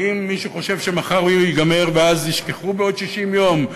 האם מישהו חושב שמחר הוא ייגמר ואז ישכחו בעוד 60 יום?